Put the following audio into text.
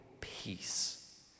peace